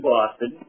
Boston